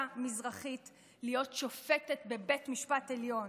מזרחית להיות שופטת בבית המשפט העליון.